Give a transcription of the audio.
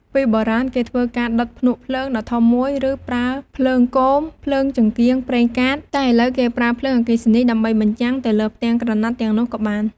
ពីបុរាណគេធ្វើការដុតភ្នក់ភ្លើងដ៏ធំមួយ ឬប្រើភ្លើងគោម ភ្លើងចង្កៀងប្រេងកាត តែឥឡូវគេប្រើភ្លើងអគ្គិសនីដើម្បីបញ្ចាំងទៅលើផ្ទាំងក្រណាត់ទាំងនោះក៏បាន។